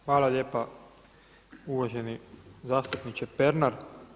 Hvala lijepa uvaženi zastupniče Pernar.